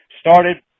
started